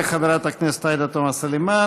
תודה לחברת הכנסת עאידה תומא סלימאן.